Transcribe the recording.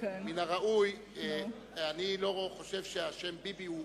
מן הראוי, אני לא חושב שהשם ביבי הוא